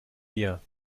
wir